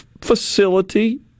facility